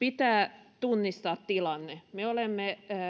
pitää tunnistaa tilanne me olemme